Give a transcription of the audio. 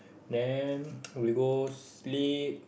then we go sleep